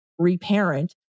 reparent